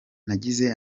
nagize